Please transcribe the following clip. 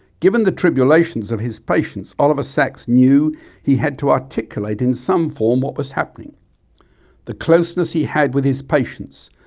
given the tribulations of his patients oliver sacks knew he had to articulate in some form what was happening the closeness he had with his patients,